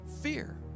fear